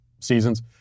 seasons